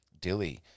dilly